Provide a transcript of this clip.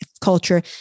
culture